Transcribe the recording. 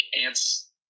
ants